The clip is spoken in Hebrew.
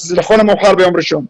יקבלו אותו לכל המאוחר ביום ראשון.